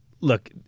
look